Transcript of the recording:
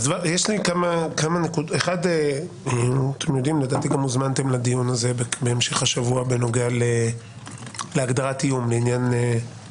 לדעתי גם אתם הוזמנתם לדיון בהמשך השבוע בנוגע להגדרת איום לעניין